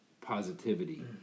positivity